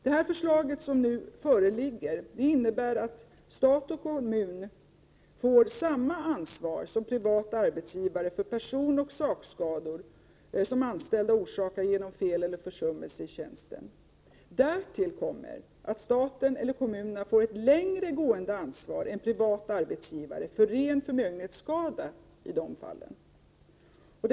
Det förslag som nu föreligger innebär att stat och kommun får samma ansvar som privata arbetsgivare för personoch sakskador som anställda orsakar genom fel eller försummelse i tjänsten. Därtill kommer att staten och kommunerna får ett längre gående ansvar än privata arbetsgivare för ren förmögenhetsskada i dessa fall.